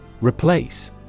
Replace